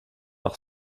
par